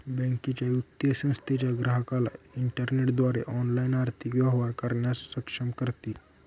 बँकेच्या, वित्तीय संस्थेच्या ग्राहकाला इंटरनेटद्वारे ऑनलाइन आर्थिक व्यवहार करण्यास सक्षम करते